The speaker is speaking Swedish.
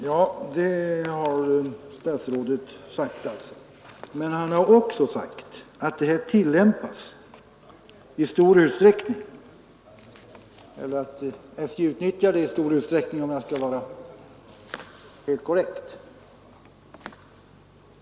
Herr talman! Ja, det har statsrådet sagt, men statsrådet säger också — om man skall vara fullt korrekt att ”SJ utnyttjar i stor utsträckning sin rätt att göra fraktnedsättningar på SJ-sträckor för gods till och från utlandet”.